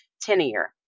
tenure